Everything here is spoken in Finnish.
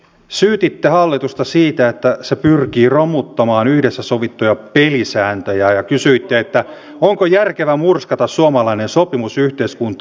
syytitte hallitusta siitä että se pyrkii romuttamaan yhdessä sovittuja pelisääntöjä ja kysyitte onko järkevä murskata suomalainen sopimusyhteiskunta